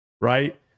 right